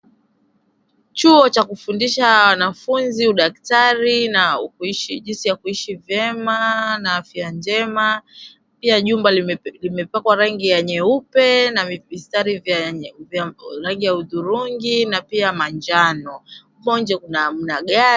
Chuo cha kufundisha wanafunzi udaktari na kuishi jinsi ya kuishi vyema na afya njema. Pia jumba limepakwa rangi ya nyeupe na mistari ya hudhurungi na pia manjano. Huko nje mna gari.